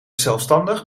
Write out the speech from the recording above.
zelfstandig